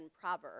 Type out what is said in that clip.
proverb